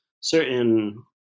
certain